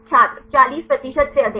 छात्र 40 प्रतिशत से अधिक